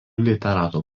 literatų